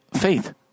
faith